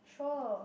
sure